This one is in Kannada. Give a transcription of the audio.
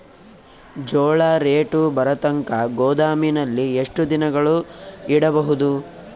ಜೋಳ ರೇಟು ಬರತಂಕ ಗೋದಾಮಿನಲ್ಲಿ ಎಷ್ಟು ದಿನಗಳು ಯಿಡಬಹುದು?